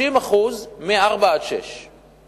30% מארבעה עד שישה